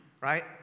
Right